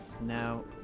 Now